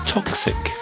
Toxic